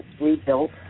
rebuilt